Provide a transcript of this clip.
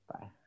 Bye